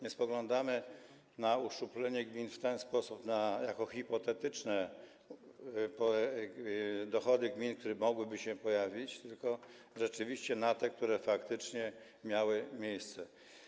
My spoglądamy na uszczuplenie dochodów gmin w ten sposób: nie na jako hipotetyczne dochody gmin, które mogłyby się pojawić, tylko rzeczywiście na te, które faktycznie miały miejsce.